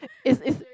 is is